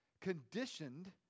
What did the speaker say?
conditioned